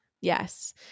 Yes